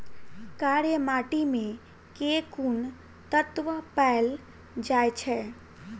कार्य माटि मे केँ कुन तत्व पैल जाय छै?